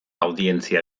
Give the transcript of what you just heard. audientzia